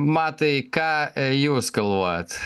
matai ką jūs galvojat